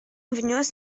внес